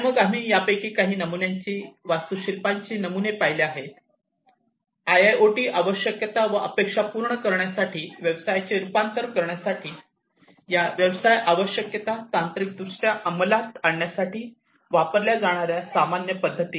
आणि मग आम्ही यापैकी काही नमुन्यांची वास्तुशिल्पाची नमुने पाहिली आहेत आयओओटी आवश्यकता व अपेक्षा पूर्ण करण्यासाठी व्यवसायाचे रूपांतर करण्यासाठी या व्यवसाय आवश्यकता तांत्रिकदृष्ट्या अंमलात आणण्यासाठी वापरल्या जाणार्या सामान्य पध्दती